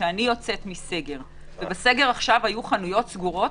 כשאני יוצאת מסגר, והיו בו חנויות סגורות